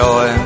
Joy